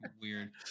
weird